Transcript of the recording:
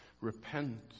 Repent